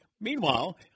Meanwhile